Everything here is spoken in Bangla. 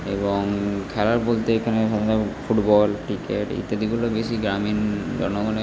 এবং খেলার বলতে এখানে সাধারণত ফুটবল ক্রিকেট ইত্যাদিগুলো বেশি গ্রামীণ জনগণের